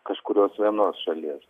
kažkurios vienos šalies